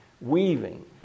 weaving